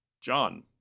John